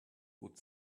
would